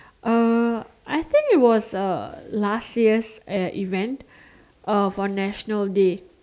uh I think it was uh last year's eh event uh for national day